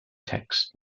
text